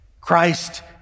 Christ